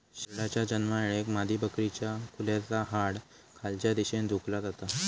शेरडाच्या जन्मायेळेक मादीबकरीच्या कुल्याचा हाड खालच्या दिशेन झुकला जाता